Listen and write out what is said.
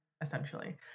essentially